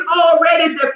already